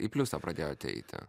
į pliusą pradėjot eiti